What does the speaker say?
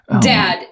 dad